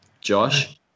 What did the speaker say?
Josh